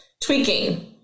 tweaking